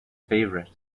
favorite